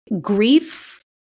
grief –